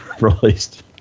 released